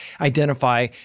identify